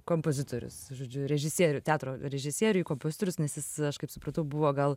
kompozitorius žodžiu režisierių teatro režisieriui kompozitorius nes jis aš kaip supratau buvo gal